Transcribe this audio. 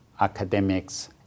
academics